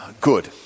Good